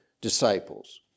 disciples